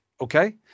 Okay